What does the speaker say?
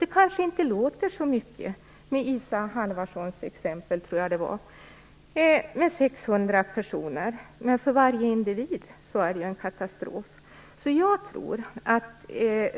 Det kanske inte låter så mycket i Dan Ericssons exempel med 600 personer, men för varje individ är det ju en katastrof.